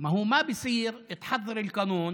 היהודיות של המדינה,